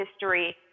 history